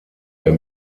der